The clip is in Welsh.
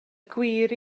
gwir